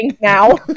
now